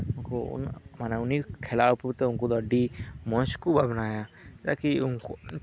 ᱢᱟᱱᱮ ᱩᱱᱤ ᱠᱷᱮᱞᱟᱣ ᱯᱨᱚᱛᱤ ᱩᱱᱠᱩ ᱟᱹᱰᱤ ᱢᱚᱸᱡᱽ ᱠᱚ ᱵᱷᱟᱵᱱᱟᱭᱟ ᱪᱮᱫᱟᱜ